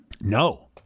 No